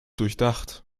durchdacht